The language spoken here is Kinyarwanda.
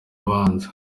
abanza